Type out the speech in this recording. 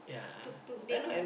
tuk-tuk then